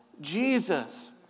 Jesus